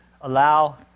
allow